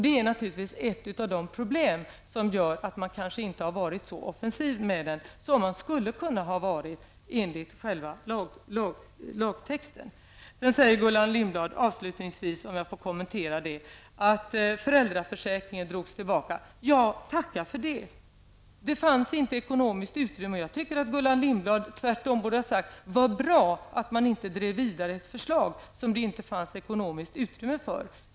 Det är naturligtvis ett av de problem som gör att man kanske inte har varit så offensiv med den som man skulle ha kunnat vara enligt lagen. Gullan Lindblad säger -- om jag avslutningsvis får kommentera detta -- att föräldraförsäkringen drogs tillbaka. Ja, tacka för det! Det fanns ju inte ekonomiskt utrymme för det. Jag tycker att Gullan Lindblad tvärtom borde ha sagt: Vad bra att man inte drev vidare ett förslag som det inte fanns ekonomiskt utrymme för.